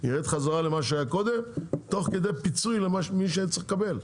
יירד חזרה למה שהיה קודם תוך כדי פיצוי למי שצריך לקבל.